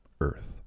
earth